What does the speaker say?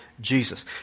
Jesus